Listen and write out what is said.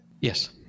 Yes